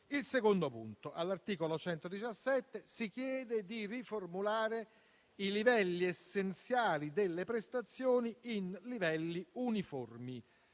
il secondo punto, all'articolo 117, si chiede di riformulare i livelli essenziali delle prestazioni in livelli uniformi